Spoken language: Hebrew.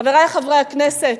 חברי חברי הכנסת,